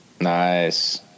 Nice